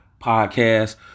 podcast